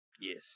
yes